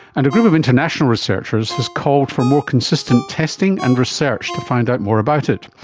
and a group of international researchers has called for more consistent testing and research to find out more about it.